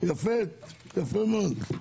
יפה מאוד.